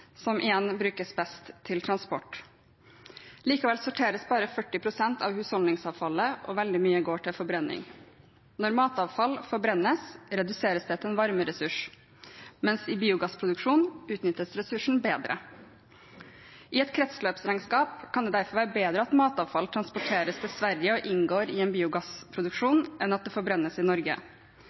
som igjen brukes best til transport. Likevel sorteres bare 40 pst. av husholdningsavfallet, og veldig mye går til forbrenning. Når matavfall forbrennes, reduseres det til en varmeressurs, mens i biogassproduksjon utnyttes ressursen bedre. I et kretsløpsregnskap kan det derfor være bedre at matavfall transporteres til Sverige og inngår i biogassproduksjon, enn at det forbrennes i Norge.